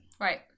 Right